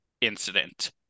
incident